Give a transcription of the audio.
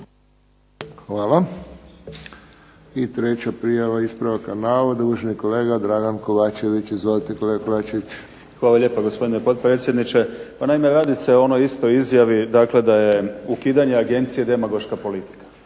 Hvala. I treća prijava ispravka navoda, uvaženi kolega Dragan Kovačević. Izvolite kolega Kovačević. **Kovačević, Dragan (HDZ)** Hvala lijepa gospodine potpredsjedniče. Pa naime radi se o onoj istoj izjavi dakle da je ukidanje agencije demagoška politika.